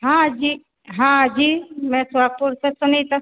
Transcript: हाँ जि हाँ जी मैं सोहागपुर से सुनीता